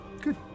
Good